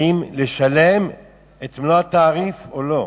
האם לשלם את מלוא התעריף או לא?